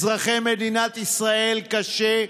לאזרחי מדינת ישראל, קשה,